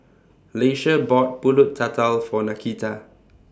Leisha bought Pulut Tatal For Nakita